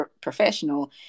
professional